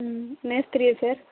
ம் மேஸ்திரியா சார்